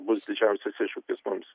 bus didžiausias iššūkis mums